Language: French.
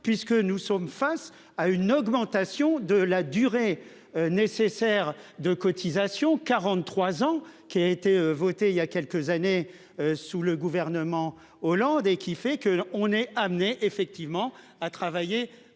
puisque nous sommes face à une augmentation de la durée nécessaire de cotisations, 43 ans, qui a été votée il y a quelques années sous le gouvernement Hollande et qui fait que on est amené effectivement à travailler